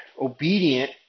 obedient